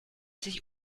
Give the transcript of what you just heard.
sich